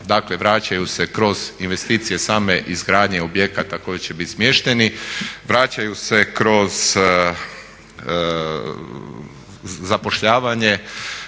Dakle vračaju se kroz investicije same izgradnje objekata u kojoj će biti smješteni. Vraćaju se kroz zapošljavanje,